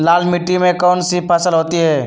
लाल मिट्टी में कौन सी फसल होती हैं?